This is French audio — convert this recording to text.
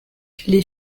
les